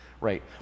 right